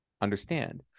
Understand